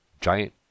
Giant